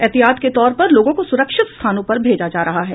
एहतियात के तौर पर लोगों को सुरक्षित स्थानों पर भेजा जा रहा है